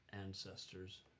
ancestors